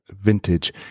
vintage